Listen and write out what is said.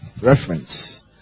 reference